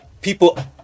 people